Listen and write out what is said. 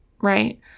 right